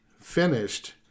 finished